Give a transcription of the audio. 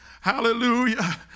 Hallelujah